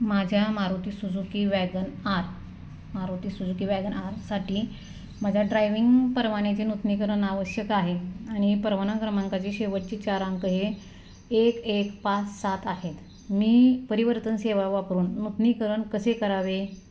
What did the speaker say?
माझ्या Maruti Suzuki Wagon R Maruti Suzuki Wagon आरसाठी माझ्या ड्रायविंग परवान्याचे नूतनीकरण आवश्यक आहे आणि परवाना क्रमांकाचे शेवटची चार अंक हे एक एक पाच सात आहेत मी परिवर्तन सेवा वापरून नूतनीकरण कसे करावे